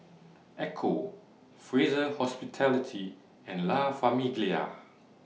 Ecco Fraser Hospitality and La Famiglia